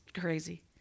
crazy